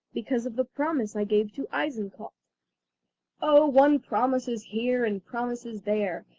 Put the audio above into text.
because of the promise i gave to eisenkopf oh, one promises here and promises there,